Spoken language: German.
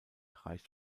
reicht